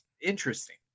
interesting